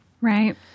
Right